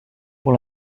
pour